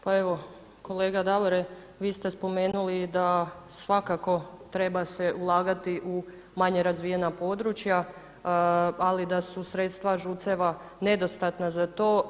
Pa evo kolega Davore vi ste spomenuli da svakako treba se ulagati u manje razvijena područja, ali da su sredstva ŽUC-eva nedostatna za to.